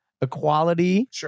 equality